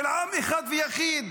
של עם אחד ויחיד